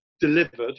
delivered